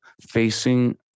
facing